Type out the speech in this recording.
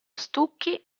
stucchi